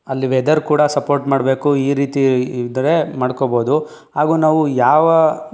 ಅಲ್ಲಿ ವೆದೆರ್ ಕೂಡ ಸಪೋರ್ಟ್ ಮಾಡಬೇಕು ಈ ರೀತಿ ಇದ್ದರೆ ಮಾಡ್ಕೊಬೋದು ಹಾಗೂ ನಾವು ಯಾವ